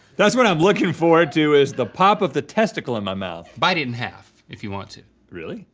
that's what i'm looking forward to is the pop of the testicle in my mouth. bite it in half if you want to. really?